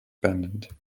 abandoned